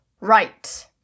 right